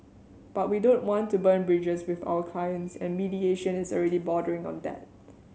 but we don't want to burn bridges with our clients and mediation is already bordering on that